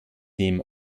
nehmen